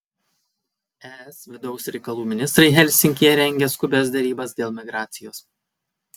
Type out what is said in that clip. es vidaus reikalų ministrai helsinkyje rengia skubias derybas dėl migracijos